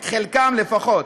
את חלקה לפחות.